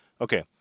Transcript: Okay